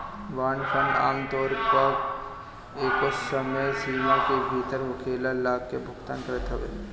bond fund आमतौर पअ एगो समय सीमा में भीतर होखेवाला लाभ के भुगतान करत हवे